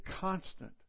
constant